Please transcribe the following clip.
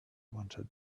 wanted